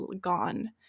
gone